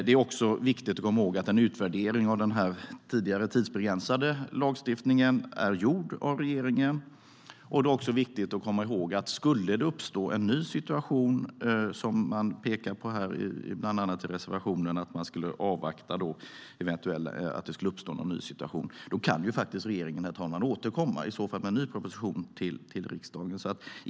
Det är också viktigt att komma ihåg att en utvärdering av den tidigare tidsbegränsade lagstiftningen är gjord av regeringen. Det är också viktigt att komma ihåg att om det skulle uppstå en ny situation - man har ju bland annat pekat på i reservationen att man skulle avvakta en eventuell ny situation - kan faktiskt regeringen återkomma med en ny proposition till riksdagen.